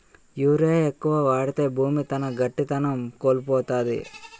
urea ఎక్కువ వాడితే భూమి తన గట్టిదనం కోల్పోతాది